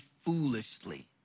foolishly